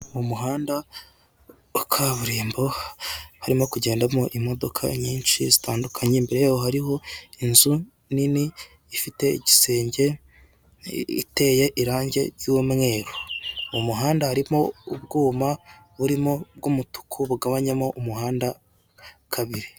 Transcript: Mu muhanda wa kaburimbo harimo kugendamo imodoka nyinshi zitandukanye, imbere yaho hariho inzu nini ifite igisenge iteye irangi ry'umweru. Mu muhanda harimo ubwuma burimo ubw'umutuku, bugabanyamo umuhanda kabiri.